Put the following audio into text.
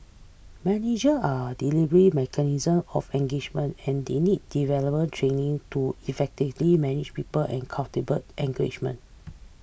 manager are the delivery mechanism of engagement and they need development training to effectively manage people and engagement